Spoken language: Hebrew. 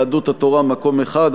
יהדות התורה: מקום אחד.